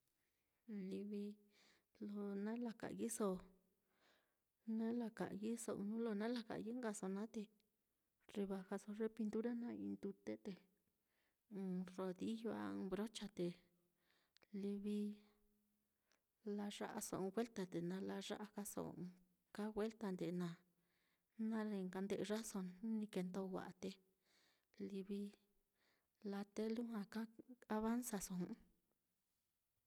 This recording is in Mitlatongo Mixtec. Livi lo na la ka'yɨso, na la ka'yɨso, ɨ́ɨ́n nuu lo na la ka'yɨso nkaso naá, rebajaso ye pintura naá i'i ndute, te ɨ́ɨ́n rodillo a ɨ́ɨ́n brocha te livi laya'aso ɨ́ɨ́n welta, te nalaya'a kaso ɨka welta, nde naá nale nka nde'yaso, jnu ni kendo wa'a te livi laa te ka avanzaso jɨ'ɨ.